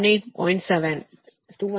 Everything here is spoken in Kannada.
7 ಆಂಪಿಯರ್ ಅನ್ನು 0